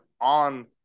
on